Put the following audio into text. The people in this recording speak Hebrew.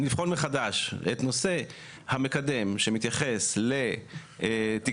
מחדש את נושא המקדם שמתייחס לתקצוב